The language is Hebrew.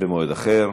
במועד אחר.